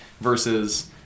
versus